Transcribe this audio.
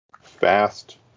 fast